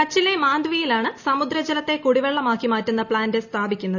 കച്ചിലെ മാന്ദ്വിയിലാണ് സമുദ്രജലത്തെ കുടിവെള്ളമാക്കി മാറ്റുന്ന പ്ലാന്റ് സ്ഥാപിക്കുന്നത്